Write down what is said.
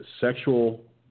sexual